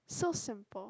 so simple